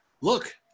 look